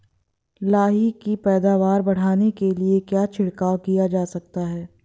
लाही की पैदावार बढ़ाने के लिए क्या छिड़काव किया जा सकता है?